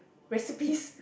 recipes